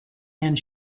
and